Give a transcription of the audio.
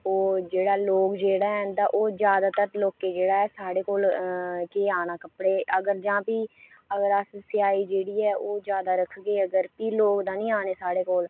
ओह् जेह्ड़ा लोक जेह्ड़ा ऐ तां जादैतर लोकें गी जेह्ड़ा ऐ ओह् साढ़े कोल केह् आना कपड़े ते जां भी अस सियाई जेह्ड़ी ऐ ओह् जादै रक्खगे अगर भी लोक ते निं आने साढ़े कोल